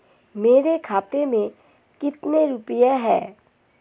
मेरे खाते में कितने रुपये हैं?